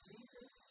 Jesus